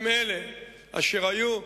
הם אלה אשר היו,